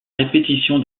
répétition